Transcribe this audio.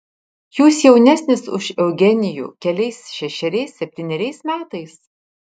jūs jaunesnis už eugenijų keliais šešeriais septyneriais metais